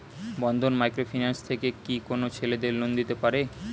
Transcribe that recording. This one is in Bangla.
বন্ধন মাইক্রো ফিন্যান্স থেকে কি কোন ছেলেদের লোন দিতে পারে?